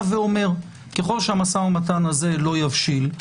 ככל שהמשא ומתן הזה לא יבשיל,